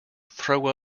throw